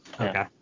Okay